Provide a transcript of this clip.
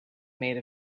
made